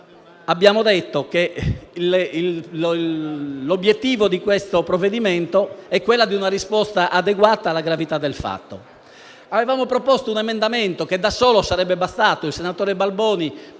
abbiamo detto che l'obiettivo del provvedimento in esame è una risposta adeguata alla gravità del fatto. Avevamo proposto un emendamento che da solo sarebbe bastato, che la senatrice Valente